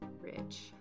rich